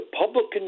Republican